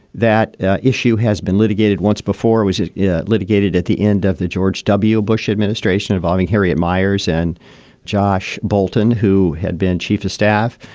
that issue has been litigated once before, was yeah litigated at the end of the george w. bush administration involving harriet miers and josh bolten, who had been chief of staff.